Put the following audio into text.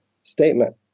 statement